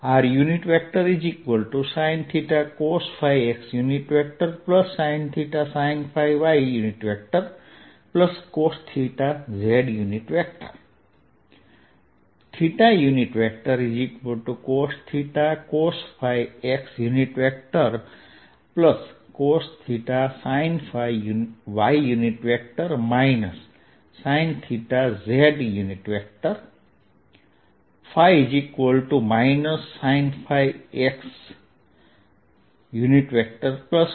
તેથી તે minus sinez થશે